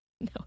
No